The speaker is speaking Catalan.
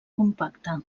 compacte